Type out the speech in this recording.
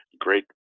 great